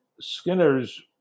Skinner's